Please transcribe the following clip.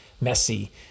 messy